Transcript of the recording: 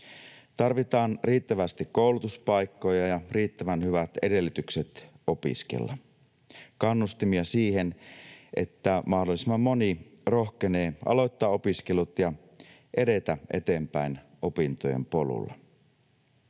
Tarvitaan riittävästi koulutuspaikkoja ja riittävän hyvät edellytykset opiskella, kannustimia siihen, että mahdollisimman moni rohkenee aloittaa opiskelut ja edetä eteenpäin opintojen polulla.